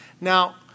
Now